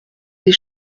des